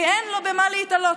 כי אין לו במה להיתלות.